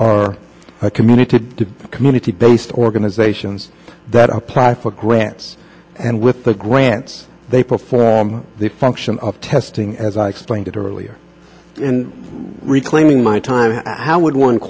are community to community based organizations that apply for grants and with the grants they perform the function of testing as i explained it earlier and reclaiming my time how would one